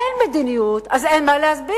אין מדיניות, אז אין מה להסביר.